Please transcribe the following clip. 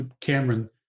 Cameron